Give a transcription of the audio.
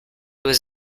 was